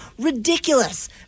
ridiculous